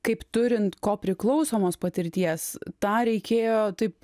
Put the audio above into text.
kaip turint kopriklausomos patirties tą reikėjo taip